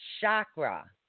chakra